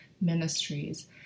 ministries